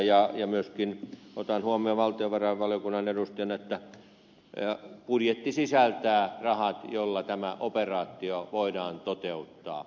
ja myöskin otan huomioon valtiovarainvaliokunnan edustajana että budjetti sisältää rahat joilla tämä operaatio voidaan toteuttaa